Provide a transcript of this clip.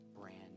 brand